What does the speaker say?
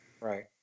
Right